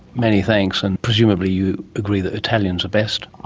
many thanks. and presumably you agree that italians are best?